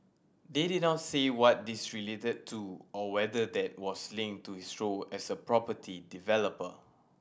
they did not say what these related to or whether that was linked to his role as a property developer